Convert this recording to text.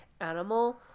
animal